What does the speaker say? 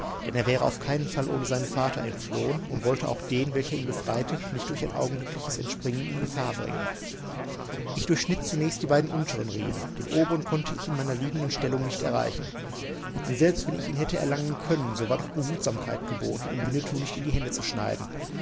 denn er wäre auf keinen fall ohne seinen vater entflohen und wollte auch den welcher ihn befreite nicht durch ein augenblickliches entspringen in gefahr bringen ich durchschnitt zunächst die beiden unteren riemen den oberen konnte ich in meiner liegenden stellung nicht erreichen und selbst wenn ich ihn hätte erlangen können so war doch behutsamkeit geboten um winnetou nicht in die hände zu schneiden